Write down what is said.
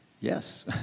yes